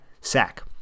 sack